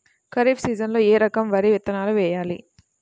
ఖరీఫ్ సీజన్లో ఏ రకం వరి విత్తనాలు వేయాలి?